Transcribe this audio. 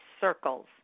circles